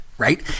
Right